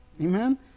amen